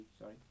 sorry